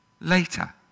later